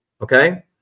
Okay